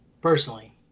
personally